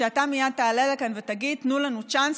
שאתה מייד תעלה לכאן ותגיד: תנו לנו צ'אנס,